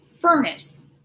furnace